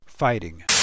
Fighting